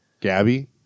Gabby